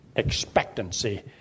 expectancy